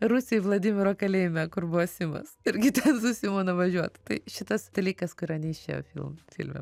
rusijoj vladimiro kalėjime kur buvo simas irgi ten su simu nuvažiuot tai šitas dalykas kurio neišėjo filme filme